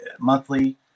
monthly